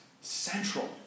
central